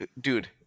Dude